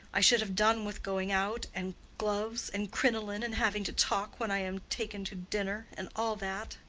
i should have done with going out, and gloves, and crinoline, and having to talk when i am taken to dinner and all that!